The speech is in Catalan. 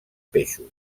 peixos